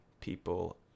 people